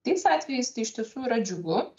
tais atvejais tai iš tiesų yra džiugu